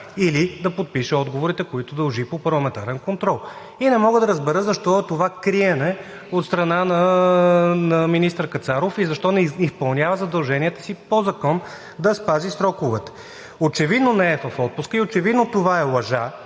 или да подпише отговорите, които дължи по парламентарен контрол. И не мога да разбера защо е това криене от страна на министър Кацаров и защо не изпълнява задълженията си по закон – да спази сроковете. Очевидно не е в отпуска и очевидно това е лъжа,